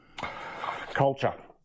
Culture